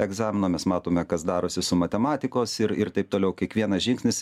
egzamino mes matome kas darosi su matematikos ir ir taip toliau kiekvienas žingsnis